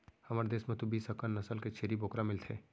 हमर देस म तो बीस अकन नसल के छेरी बोकरा मिलथे